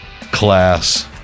class